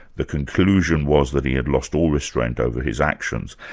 the conclusion was that he had lost all restraint over his actions.